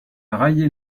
raillait